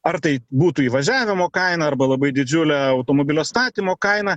ar tai būtų įvažiavimo kaina arba labai didžiulė automobilio statymo kaina